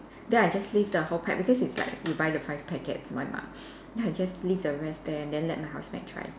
then I just leave the whole pack because it's like you buy the five packets one mah then I just leave the rest there then let my husband try